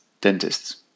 dentists